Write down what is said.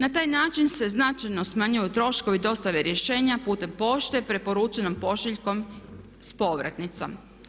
Na taj način se značajno smanjuju troškovi dostave rješenja putem pošte, preporučenom pošiljkom s povratnicom.